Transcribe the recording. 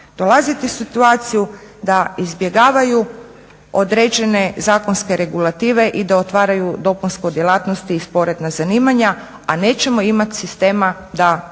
dolaziti u situaciju a izbjegavaju određene zakonske regulative i da otvaraju dopunsku djelatnost i sporedna zanimanja a nećemo imati sistema da to